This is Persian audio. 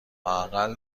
لااقل